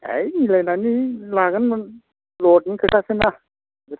ओइ मिलायनानै लागोन लदनि खोथासोना